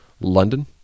London